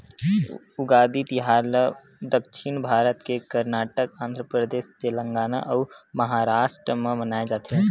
उगादी तिहार ल दक्छिन भारत के करनाटक, आंध्रपरदेस, तेलगाना अउ महारास्ट म मनाए जाथे